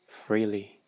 freely